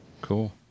Cool